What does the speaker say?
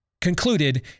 concluded